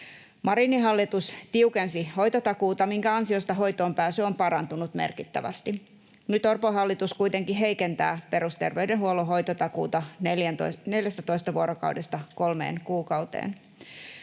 Marinin hallitus tiukensi hoitotakuuta, minkä ansiosta hoitoonpääsy on parantunut merkittävästi. Nyt Orpon hallitus kuitenkin heikentää perusterveydenhuollon hoitotakuuta 14 vuorokaudesta kolmeen kuukauteen.